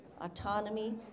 autonomy